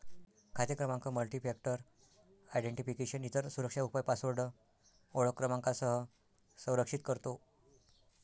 खाते क्रमांक multifactor identification, इतर सुरक्षा उपाय पासवर्ड ओळख क्रमांकासह संरक्षित करतो